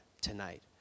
tonight